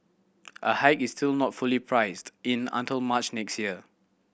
a hike is still not fully priced in until March next year